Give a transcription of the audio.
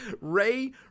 ray